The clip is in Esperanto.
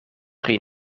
pri